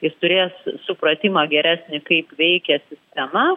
jis turės supratimą geresnį kaip veikia sistema